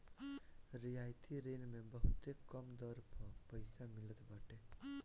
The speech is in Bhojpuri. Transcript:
रियायती ऋण मे बहुते कम दर पअ पईसा मिलत बाटे